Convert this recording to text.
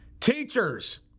Teachers